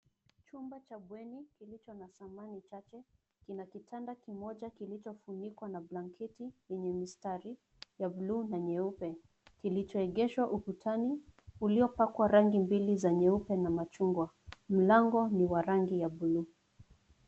Chumba cha bweni, kilicho na samani chache, kina kitanda kilichofunikwa na blanketi yenye mstari, ya blue na nyeupe, kilichoegeshwa ukutani, uliopakwa rangi mbili za nyeupe na machungwa, mlango, ni wa rangi ya blue .